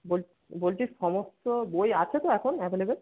বলছি বলছি সমস্ত বই আছে তো এখন অ্যাভেলেবেল